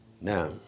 Now